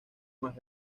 más